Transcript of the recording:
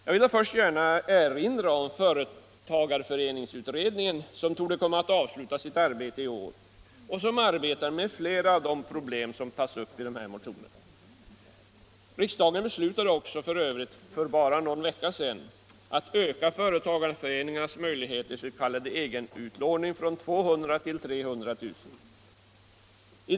Jag vill först gärna erinra om företagareföreningsutredningen, som torde avsluta sitt arbete i år och som arbetar med flera av de problem som tas upp i motionerna. Riksdagen beslutade f.ö. för bara någon vecka sedan att öka företagareföreningarnas möjligheter till s.k. egenutlåning — beloppsgränsen höjdes från 200 000 till 300 000 kr.